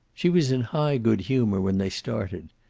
she was in high good humor when they started.